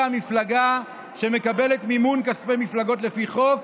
המפלגה שמקבלת מימון כספי מפלגות לפי חוק